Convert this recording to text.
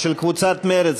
שלי יחימוביץ,